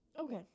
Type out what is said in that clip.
Okay